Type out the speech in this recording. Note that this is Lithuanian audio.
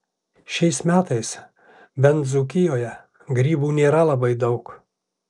šiais metais bent dzūkijoje grybų nėra labai daug